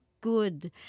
good